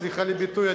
סליחה על הביטוי,